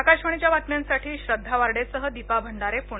आकाशवाणीच्या बातम्यांसाठी श्द्वा वार्डेसह दीपा भंडारे पुणे